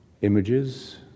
images